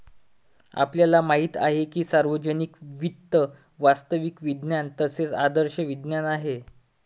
आपल्याला माहित आहे की सार्वजनिक वित्त वास्तविक विज्ञान तसेच आदर्श विज्ञान आहे